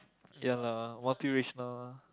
ya lah multi racial all